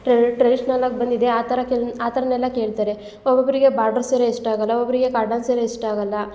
ಟ್ರೆ traditional ಆಗಿ ಬಂದಿದೆ ಆ ಥರ ಕೆಲ್ ಆ ಥರನೆಲ್ಲ ಕೇಳ್ತಾರೆ ಒಬ್ಬೊಬ್ಬರಿಗೆ ಬಾಡ್ರ್ ಸೀರೆ ಇಷ್ಟ ಆಗಲ್ಲ ಒಬ್ಬೊಬ್ಬರಿಗೆ ಕಾಟನ್ ಸೀರೆ ಇಷ್ಟ ಆಗಲ್ಲ